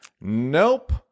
Nope